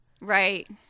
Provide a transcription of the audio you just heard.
Right